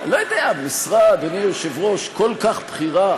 לא יודע, אדוני היושב-ראש, משרה כל כך בכירה